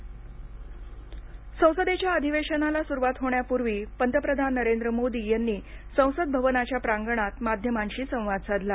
नरेंद्र मोदी माध्यमसंवाद संसदेच्या अधिवेशनाला सुरवात होण्यापूर्वी पंतप्रधान नरेंद्र मोदी यांनी संसदभवनाच्या प्रांगणात माध्यमांशी संवाद साधला